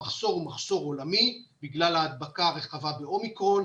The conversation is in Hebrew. המחסור הוא מחסור עולמי בגלל ההדבקה הרחבה באומיקרון.